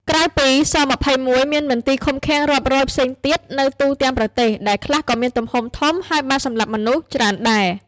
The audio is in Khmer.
ក្រៅពី ស-២១ មានមន្ទីរឃុំឃាំងរាប់រយផ្សេងទៀតនៅទូទាំងប្រទេស ដែលខ្លះក៏មានទំហំធំ ហើយបានសម្លាប់មនុស្សច្រើនដែរ។